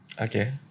Okay